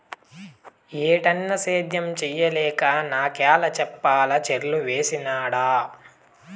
ఏటన్నా, సేద్యం చేయలేక నాకయ్యల చేపల చెర్లు వేసినాడ